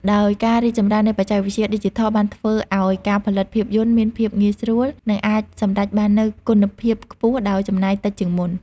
ដោយការរីកចម្រើននៃបច្ចេកវិទ្យាឌីជីថលបានធ្វើឲ្យការផលិតភាពយន្តមានភាពងាយស្រួល និងអាចសម្រេចបាននូវគុណភាពខ្ពស់ដោយចំណាយតិចជាងមុន។